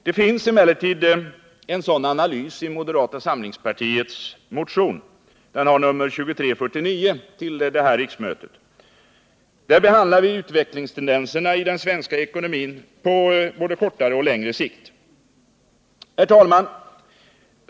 Det finns emellertid en sådan analys i moderata samlingspartiets motion 2349 till detta riksmöte. Där behandlar vi utvecklingstendenserna i den svenska ekonomin på både kortare och längre sikt. Herr talman!